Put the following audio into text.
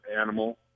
animal